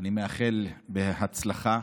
אני מאחל הצלחה.